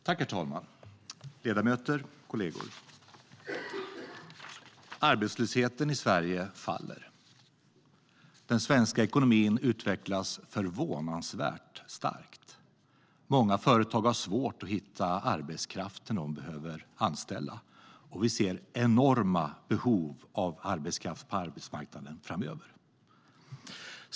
Herr talman, ledamöter, kollegor! Arbetslösheten i Sverige faller. Den svenska ekonomin utvecklas förvånansvärt starkt. Många företag har svårt att hitta arbetskraft när de behöver anställa. Vi ser enorma behov av arbetskraft på arbetsmarknaden framöver.